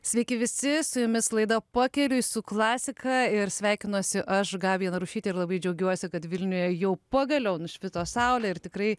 sveiki visi su jumis laida pakeliui su klasika ir sveikinuosi aš gabija narušytė ir labai džiaugiuosi kad vilniuje jau pagaliau nušvito saulė ir tikrai